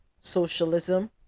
socialism